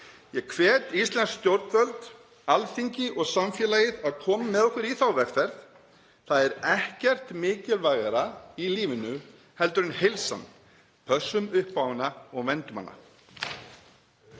Ég hvet íslensk stjórnvöld, Alþingi og samfélagið að koma með okkur í þá vegferð. Það er ekkert mikilvægara í lífinu heldur en heilsan. Pössum upp á hana og verndum hana.